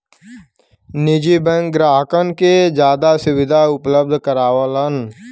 निजी बैंक ग्राहकन के जादा सुविधा उपलब्ध करावलन